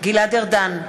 גלעד ארדן,